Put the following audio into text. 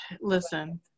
listen